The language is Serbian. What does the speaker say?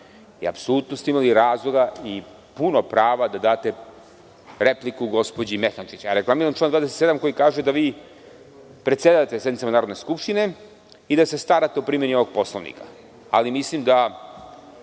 Apsolutno ste imali razloga i puno prava da date repliku gospođi Mehandžić. Reklamiram član 27. koji kaže da vi predsedavate sednicama Narodne skupštine i da se starate o primeni Poslovnika, ali mislim da